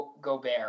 Gobert